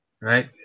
right